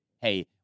hey